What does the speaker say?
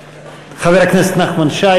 חבר הכנסת נחמן שי,